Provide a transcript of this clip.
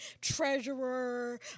treasurer